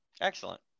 Excellent